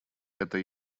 это